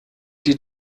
die